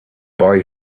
boy